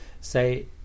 say